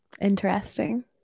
Interesting